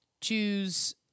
choose